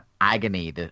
agony